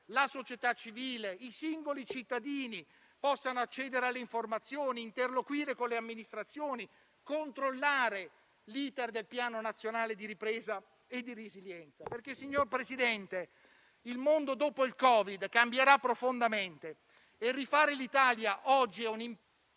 la società civile e i singoli cittadini possano accedere alle informazioni, interloquire con le amministrazioni, controllare l'*iter* del Piano nazionale di ripresa e resilienza. Signor Presidente, il mondo dopo il Covid cambierà profondamente e rifare l'Italia oggi è...